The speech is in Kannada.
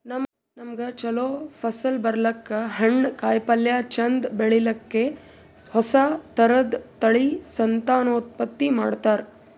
ನಮ್ಗ್ ಛಲೋ ಫಸಲ್ ಬರ್ಲಕ್ಕ್, ಹಣ್ಣ್, ಕಾಯಿಪಲ್ಯ ಚಂದ್ ಬೆಳಿಲಿಕ್ಕ್ ಹೊಸ ಥರದ್ ತಳಿ ಸಂತಾನೋತ್ಪತ್ತಿ ಮಾಡ್ತರ್